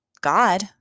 God